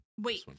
Wait